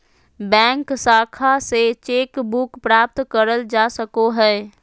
bank शाखा से cheque book प्राप्त करल जा सको हय